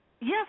Yes